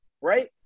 Right